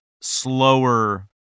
slower